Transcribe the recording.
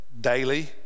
daily